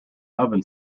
oven